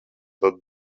tad